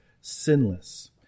sinless